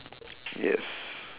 yes